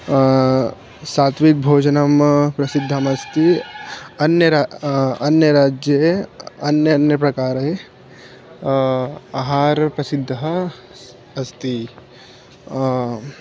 सात्विकभोजनं प्रसिद्धमस्ति अन्ये रा अन्यराज्ये अन्यान्यप्रकारे आहारप्रसिद्धः अस् अस्ति